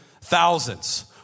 thousands